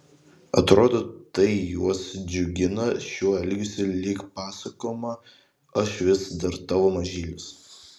atrodo tai juos džiugina šiuo elgesiu lyg pasakoma aš vis dar tavo mažylis